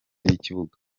y’ikibuga